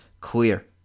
clear